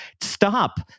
stop